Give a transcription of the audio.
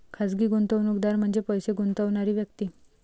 खाजगी गुंतवणूकदार म्हणजे पैसे गुंतवणारी व्यक्ती